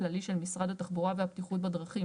הכללי של משרד התחבורה והבטיחות בדרכים,